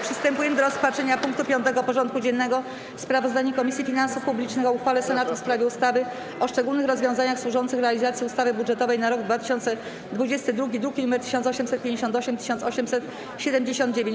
Przystępujemy do rozpatrzenia punktu 5. porządku dziennego: Sprawozdanie Komisji Finansów Publicznych o uchwale Senatu w sprawie ustawy o szczególnych rozwiązaniach służących realizacji ustawy budżetowej na rok 2022 (druki nr 1858 i 1879)